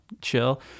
chill